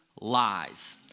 lies